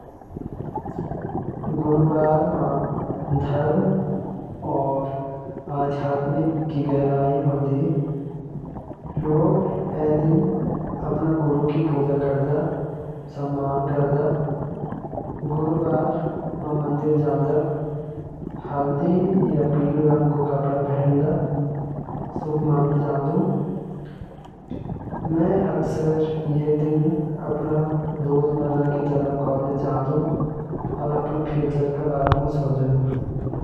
गुरुवार म धर्म और आध्यात्मिकता क गहराई होलु। लोग यो दिन गुरु क सम्मान म पूजा करदु। गुरुवार म मंदिर जान और हल्दी या पीला रंग क कपड़ा पहनणा शुभ मणि जालु। म अक्सर यो दिन अपणा फ्यूचर प्लान्स क बारे म सोचदु।